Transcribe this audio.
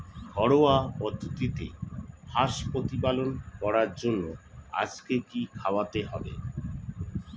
ঘরোয়া পদ্ধতিতে হাঁস প্রতিপালন করার জন্য আজকে কি খাওয়াতে হবে?